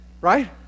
Right